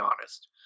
honest